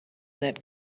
that